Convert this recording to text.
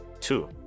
two